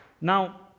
Now